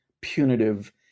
punitive